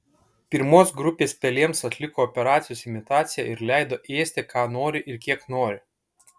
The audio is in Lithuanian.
pirmos grupės pelėms atliko operacijos imitaciją ir leido ėsti ką nori ir kiek nori